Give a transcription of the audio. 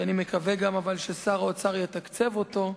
שאני גם מקווה ששר האוצר יתקצב אותו,